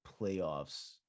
playoffs